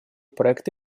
проект